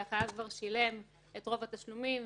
כי החייב כבר שילם את רוב התשלומים,